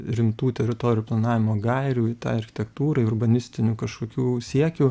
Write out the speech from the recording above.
rimtų teritorijų planavimo gairių į tą architektūrą į urbanistinių kažkokių siekių